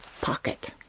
pocket